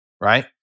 right